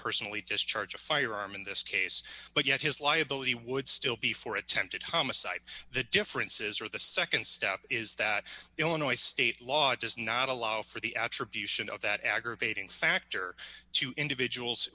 personally just charge a firearm in this case but yet his liability would still be for attempted homicide the differences or the nd step is that illinois state law does not allow for the attribution of that aggravating factor to individuals